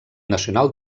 nacional